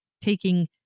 taking